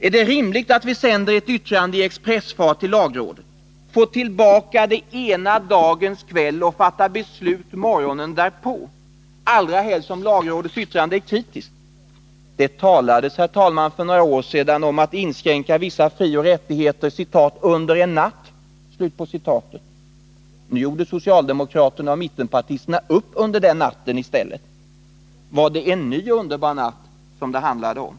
Är det rimligt att vi sänder ett yttrande i expressfart till lagrådet, får det tillbaka ena dagens kväll och fattar beslut morgonen därpå, allra helst som lagrådets yttrande är kritiskt? Det talades för några år sedan om att inskränka vissa frioch rättigheter ”under en natt”. Nu gjorde socialdemokraterna och mittenpartisterna upp under den natten i stället. Var det en ny underbar natt som det handlade om?